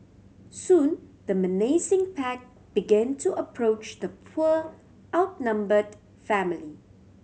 soon the menacing pack began to approach the poor outnumbered family